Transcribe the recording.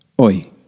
oi